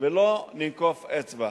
ולא ננקוף אצבע.